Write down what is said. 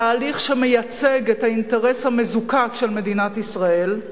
התהליך שמייצג את האינטרס המזוקק של מדינת ישראל,